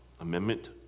Amendment